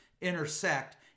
intersect